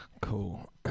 cool